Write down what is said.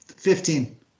Fifteen